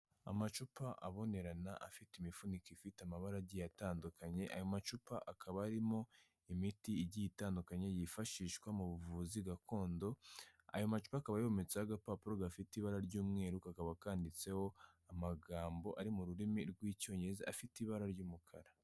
Amacupa abonerana afite imifuniko ifite amabara agiye atandukanye, ayo macupa akaba arimo imiti igiye itandukanye yifashishwa mu buvuzi gakondo. Ayo macupa akaba yometseho agapapuro gafite ibara ry'umweru kakaba kandiditseho amagambo ari mu rurimi rw'icyongereza afite ibara ry'umukara.